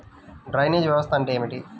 Drainage వ్యవస్థ అంటే ఏమిటి?